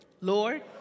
Lord